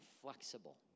flexible